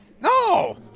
No